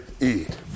eat